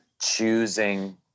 choosing